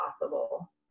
possible